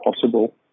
possible